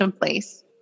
place